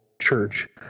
church